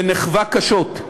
ונֶכווה קשות.